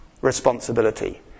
responsibility